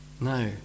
No